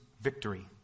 victory